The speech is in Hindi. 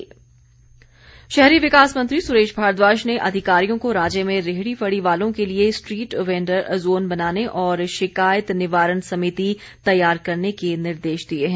सुरेश भारद्वाज शहरी विकास मंत्री सुरेश भारद्वाज ने अधिकारियों को राज्य में रेहड़ी फड़ी वालों के लिए स्ट्रीट वेंडर जोन बनाने और शिकायत निवारण समिति तैयार करने के निर्देश दिए हैं